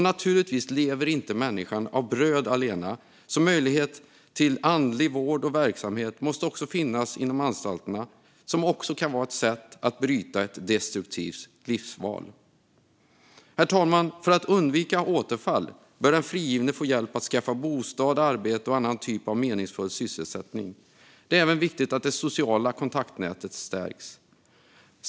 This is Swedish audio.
Naturligtvis lever inte heller människan av bröd allena, så möjligheten till andlig vård och verksamhet inom anstalterna måste också finnas som ett sätt att bryta ett destruktivt livsval. Herr talman! För att undvika återfall bör den frigivne få hjälp att skaffa bostad, arbete eller annan typ av meningsfull sysselsättning. Det är även viktigt att det sociala kontaktnätet stärks.